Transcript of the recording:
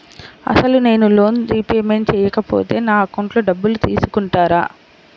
అసలు నేనూ loan repayment చేయకపోతే నా అకౌంట్లో డబ్బులు తీసుకుంటారా?